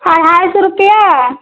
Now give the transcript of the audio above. अढ़ाई सौ रुपया